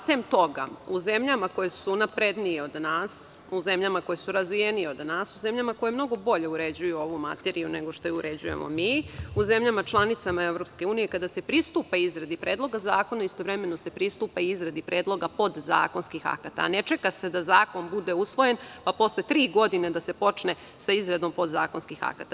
Sem toga, u zemljama koje su naprednije od nas, u zemljama koje su razvijenije od nas, u zemljama koje mnogo bolje uređuju ovu materiju nego što je uređujemo mi, u zemljama članicama EU, kada se pristupa izradi predloga zakona, istovremeno se pristupa izradi predloga podzakonskih akata, a ne čeka se da zakon bude usvojen, pa posle tri godine da se počne sa izradom podzakonskih akata.